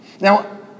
Now